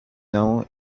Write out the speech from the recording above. know